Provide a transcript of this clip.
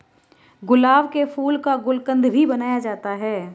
गुलाब के फूल का गुलकंद भी बनाया जाता है